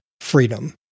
freedom